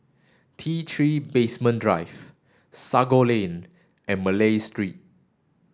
T Three Basement Drive Sago Lane and Malay Street